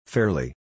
Fairly